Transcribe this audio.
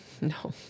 No